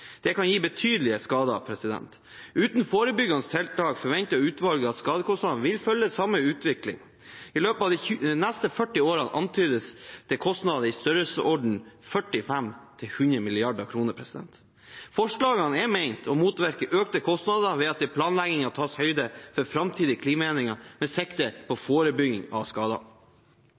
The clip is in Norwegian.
Det kan gi betydelige skader. Uten forebyggende tiltak forventer utvalget at skadekostnadene vil følge samme utvikling. I løpet av de neste 40 årene antydes det kostnader i størrelsesordenen 45–100 mrd. kr. Forslagene er ment å motvirke økte kostnader ved at det i planleggingen skal tas høyde for framtidige klimaendringer med sikte på forebygging av skader.